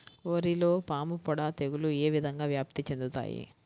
వరిలో పాముపొడ తెగులు ఏ విధంగా వ్యాప్తి చెందుతాయి?